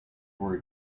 were